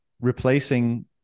replacing